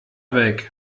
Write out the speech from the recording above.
weg